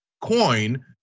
coin